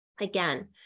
Again